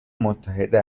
متحده